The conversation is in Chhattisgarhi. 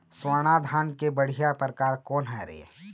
स्वर्णा धान के बढ़िया परकार कोन हर ये?